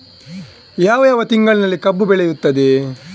ಯಾವ ಯಾವ ತಿಂಗಳಿನಲ್ಲಿ ಕಬ್ಬು ಬೆಳೆಯುತ್ತದೆ?